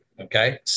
okay